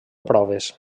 proves